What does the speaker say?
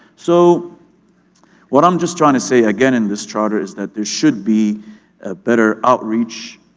so what i'm just trying to say, again, in this charter is that there should be a better outreach.